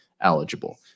eligible